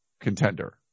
contender